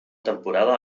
temporada